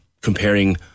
comparing